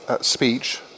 speech